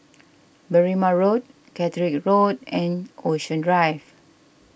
Berrima Road Catterick Road and Ocean Drive